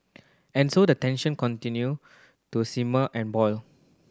and so the tension continue to simmer and boil